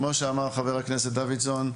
כמו שאמר חבר הכנסת דוידסון,